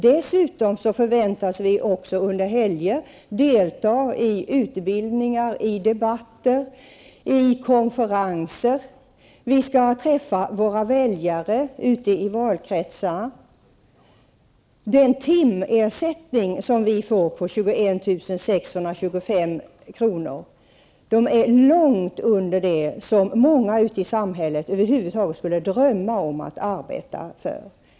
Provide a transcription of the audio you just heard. Dessutom förväntas vi under helger delta i utbildningar, i debatter och konferenser, och vi skall träffa våra väljare ute i valkretsarna. Den timersättning som vi får med 21 625 kr. i månaden är långt under den som många ute i samhället över huvud taget skulle drömma om att arbeta för.